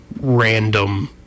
random